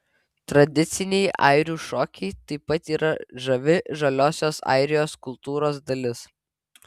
tradiciniai airių šokiai taip pat yra žavi žaliosios airijos kultūros dalis